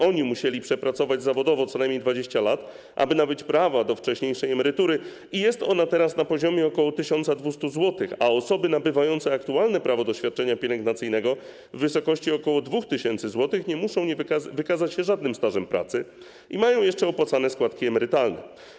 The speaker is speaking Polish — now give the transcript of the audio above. Oni musieli przepracować zawodowo co najmniej 20 lat, aby nabyć prawa do wcześniejszej emerytury, która jest teraz na poziomie ok. 1200 zł, a osoby nabywające aktualnie prawo do świadczenia pielęgnacyjnego w wysokości ok. 2000 zł nie muszą wykazać się żadnym stażem pracy i mają jeszcze opłacane składki emerytalne.